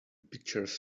pictures